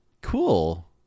cool